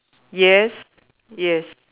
yes yes